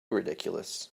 ridiculous